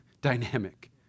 dynamic